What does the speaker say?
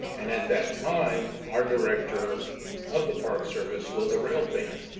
and at that time, our director of the park service was a railfan,